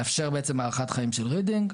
לאפשר בעצם הארכת חיים של רידינג.